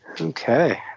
Okay